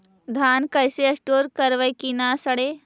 धान कैसे स्टोर करवई कि न सड़ै?